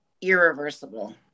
irreversible